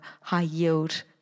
high-yield